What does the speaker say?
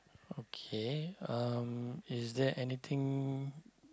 okay um is there anything